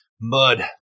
mud